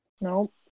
Nope